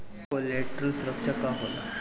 Collateral सुरक्षा का होला?